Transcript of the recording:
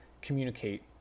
communicate